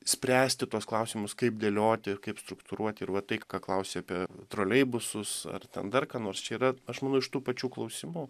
spręsti tuos klausimus kaip dėlioti kaip struktūruoti ir va tai ką klausi apie troleibusus ar ten dar ką nors čia yra aš manau iš tų pačių klausimų